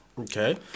Okay